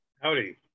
Howdy